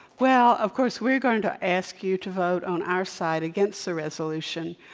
well, of course, we're going to ask you to vote on our side against the resolution.